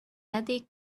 eddy